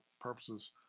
purposes